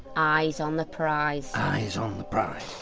eyes on the prize. eyes on the prize,